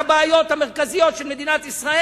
לא רוצים לפתור את אחת הבעיות המרכזיות של מדינת ישראל.